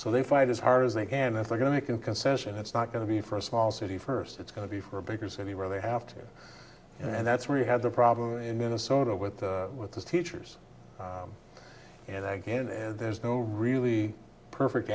so they fight as hard as they can and they're going to make an concession it's not going to be for a small city first it's going to be for a bigger city where they have to and that's where you have the problem in minnesota with the with the teachers and again and there's no really perfect